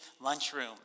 lunchroom